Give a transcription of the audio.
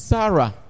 Sarah